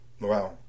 Wow